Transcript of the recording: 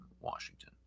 Washington